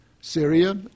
Syria